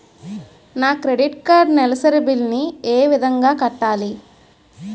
నా credit card నెలసరి bill ని ఏ విధంగా కట్టాలి?